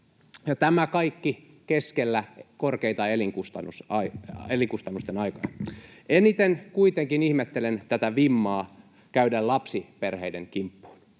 tämä kaikki keskellä korkeiden elinkustannusten aikoja. Eniten kuitenkin ihmettelen tätä vimmaa käydä lapsiperheiden kimppuun.